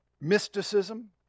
mysticism